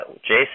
Jason